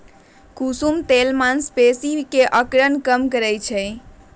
कुसुम तेल मांसपेशी के अकड़न कम करई छई